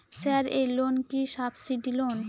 Sir এই loan কি subsidy loan?